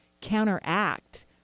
counteract